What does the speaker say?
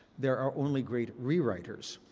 there are only great rewriters.